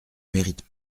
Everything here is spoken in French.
mérite